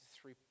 three